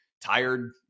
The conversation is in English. tired